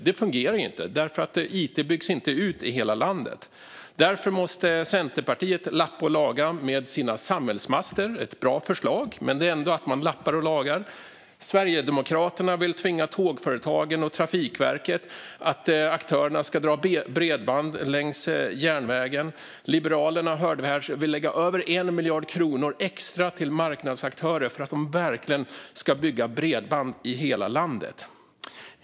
Det fungerar inte. It byggs inte ut i hela landet. Därför måste Centerpartiet lappa och laga med sina samhällsmaster. Det är ett bra förslag. Men det innebär ändå att man lappar och lagar. Sverigedemokraterna vill tvinga tågföretagen och Trafikverket för att aktörerna ska dra bredband längs järnvägen. Vi hörde här att Liberalerna vill lägga över 1 miljard kronor extra till marknadsaktörer för att de verkligen ska bygga bredband i hela landet.